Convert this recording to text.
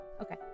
Okay